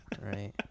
Right